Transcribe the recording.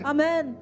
Amen